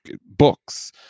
books